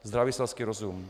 Zdravý selský rozum.